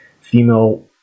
female